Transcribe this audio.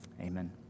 amen